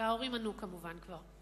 וההורים ענו כבר, כמובן.